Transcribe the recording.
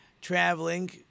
Traveling